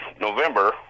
November